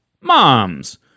moms